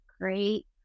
great